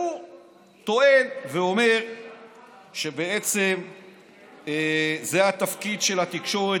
הוא טוען ואומר שבעצם זה התפקיד של התקשורת,